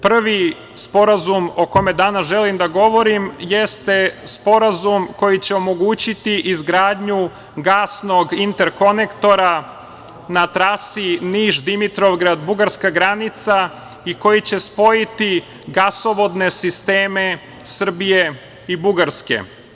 Prvi sporazum o kome danas želim da govorim, jeste Sporazum koji će omogućiti izgradnju gasnog interkonektora na trasi Niš-Dimitrovgrad-Bugarska granica i koji će spojiti gasovodne sisteme Srbije i Bugarske.